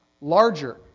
larger